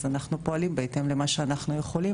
אז אנחנו פועלים בהתאם למה שאנחנו יכולים